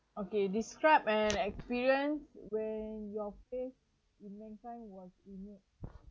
okay describe an experience where your faith in mankind was renewed